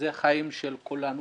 שאלה חיים של כולנו,